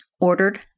ordered